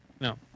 No